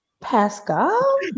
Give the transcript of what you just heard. Pascal